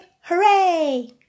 hooray